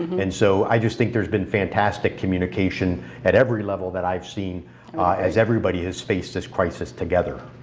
and so i just think there's been fantastic communication at every level that i've seen as everybody has faced this crisis together.